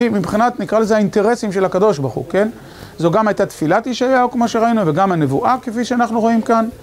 מבחינת, נקרא לזה האינטרסים של הקדוש ברוך הוא, כן? זו גם הייתה תפילת ישעיהו, כמו שראינו, וגם הנבואה, כפי שאנחנו רואים כאן.